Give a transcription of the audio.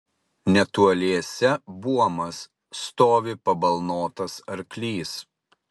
netoliese buomas stovi pabalnotas arklys